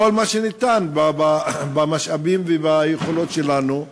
כל מה שניתן במשאבים וביכולות שלנו,